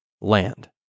land